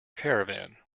caravan